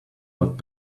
but